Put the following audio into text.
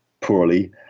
poorly